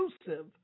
exclusive